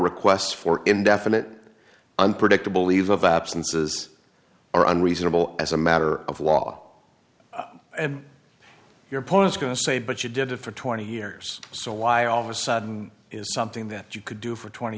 requests for indefinite unpredictable leave of absence is are unreasonable as a matter of law and your part is going to say but you did it for twenty years so why all of a sudden is something that you could do for twenty